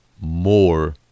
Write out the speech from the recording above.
more